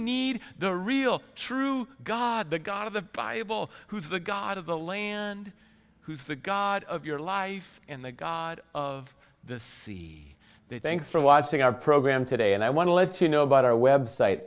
need the real true god the god of the bible who's the god of the land who's the god of your life and the god of the sea they thanks for watching our program today and i want to let you know about our website